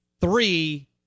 Three